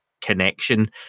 connection